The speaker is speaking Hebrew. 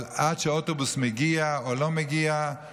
אבל עד שהאוטובוס מגיע או לא מגיע,